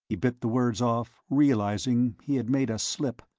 he bit the words off, realizing he had made a slip,